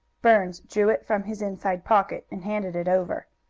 burns drew it from his inside pocket and handed it over.